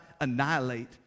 annihilate